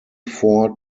four